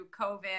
COVID